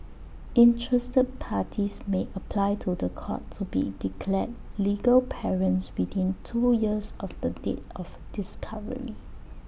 interested parties may apply to The Court to be declared legal parents within two years of the date of discovery